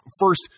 First